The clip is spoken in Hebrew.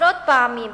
עשרות פעמים,